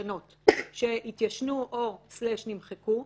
ישנות שהתיישנו או נמחקו,